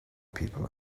people